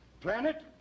Planet